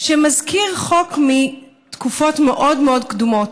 שמזכיר חוק מתקופות מאוד קדומות.